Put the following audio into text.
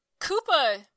Koopa